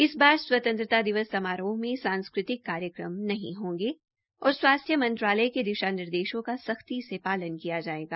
इस बार स्वतंत्रता दिवस समारोह में सांस्कृतिक कार्यक्रम नहीं होंगे और स्वास्थ्य मंत्रालय के दिशा निर्देशों का सख्ती से पालन किया जायेगा